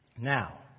Now